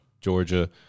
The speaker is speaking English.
Georgia